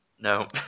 no